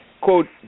quote